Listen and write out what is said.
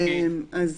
הבנתי.